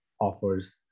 offers